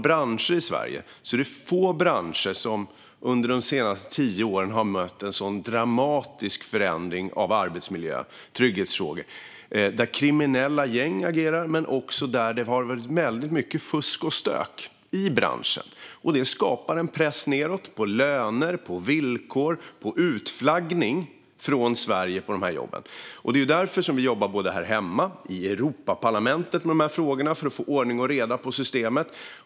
I Sverige är det få branscher som under de senaste tio åren har mött en så dramatisk förändring av arbetsmiljö och trygghet. Kriminella gäng agerar, och det har varit väldigt mycket fusk och stök i branschen. Det skapar en press nedåt på löner och villkor och leder till utflaggning från Sverige av de här jobben. Vi jobbar därför både här hemma och i Europaparlamentet med de här frågorna för att få ordning och reda på systemet.